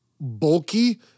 bulky